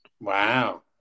Wow